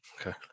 Okay